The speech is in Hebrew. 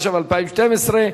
התשע"ב 2012,